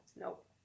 Nope